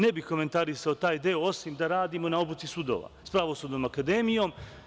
Ne bih komentarisao taj deo, osim da radimo na obuci sudova, sa Pravosudnom akademijom.